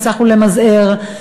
והצלחנו למזער,